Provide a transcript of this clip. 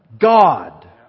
God